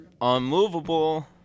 unmovable